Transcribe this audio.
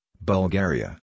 Bulgaria